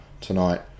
tonight